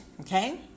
okay